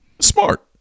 Smart